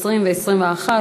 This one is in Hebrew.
20 ו-21,